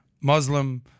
Muslim